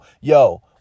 yo